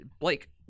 blake